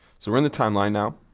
so we're in the timeline now.